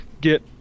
get